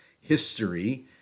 history